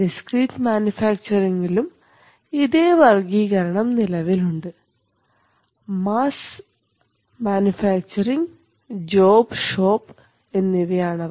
discrete മാനുഫാക്ചറിങ്ലും ഇതേ വർഗ്ഗീകരണം നിലവിലുണ്ട് മാസ് മാനുഫാക്ചറിങ് ജോബ് ഷോപ്പ് എന്നിവയാണവ